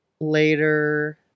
later